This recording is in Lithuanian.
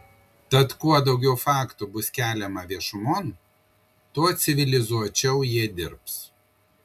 tad kuo daugiau faktų bus keliama viešumon tuo civilizuočiau jie dirbs